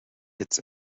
its